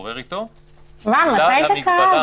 אם הוועדה רואה לנכון --- סתם דוגמה,